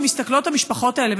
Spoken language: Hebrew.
כשמסתכלות המשפחות האלה,